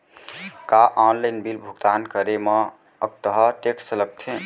का online bill भुगतान करे मा अक्तहा टेक्स लगथे?